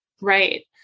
Right